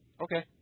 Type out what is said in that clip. Okay